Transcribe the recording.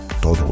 Todo